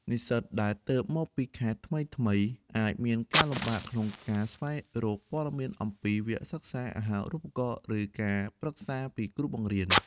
និស្សិតដែលទើបមកពីខេត្តថ្មីៗ អាចមានការលំបាកក្នុងការស្វែងរកព័ត៌មានអំពីវគ្គសិក្សា អាហារូបករណ៍ ឬការប្រឹក្សាពីគ្រូបង្រៀន។